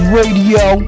Radio